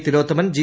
Thilothaman G